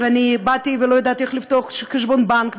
באתי ולא ידעתי איך לפתוח חשבון בנק,